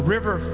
River